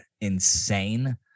insane